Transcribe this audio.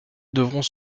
devront